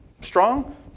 strong